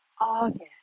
August